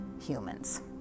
humans